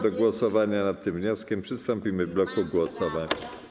Do głosowania nad tym wnioskiem przystąpimy w bloku głosowań.